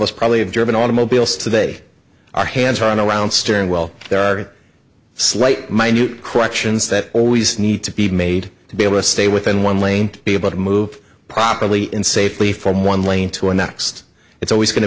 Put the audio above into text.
us probably of german automobiles today our hands aren't around staring well there are slight minute corrections that always need to be made to be able to stay within one lane to be able to move properly in safely from one lane to our next it's always go